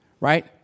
Right